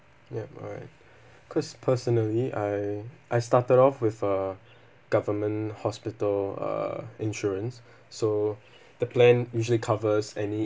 yup alright cause personally I I started off with a government hospital uh insurance so the plan usually covers any